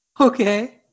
Okay